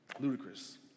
ludicrous